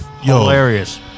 hilarious